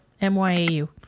M-Y-A-U